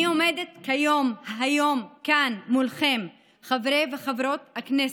אני עומדת היום כאן מולכם, חברי וחברות הכנסת,